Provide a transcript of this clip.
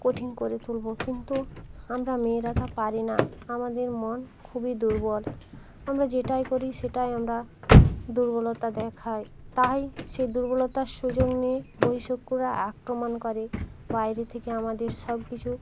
কঠিন করে তুলবো কিন্তু আমরা মেয়েরা তা পারি না আমাদের মন খুবই দুর্বল আমরা যেটাই করি সেটাই আমরা দুর্বলতা দেখায় তাই সেই দুর্বলতার সুযোগ নিয়ে বহিঃ শত্রুরা আক্রমণ করে বাইরে থেকে আমাদের সব কিছু